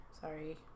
Sorry